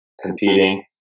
competing